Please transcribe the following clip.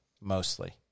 mostly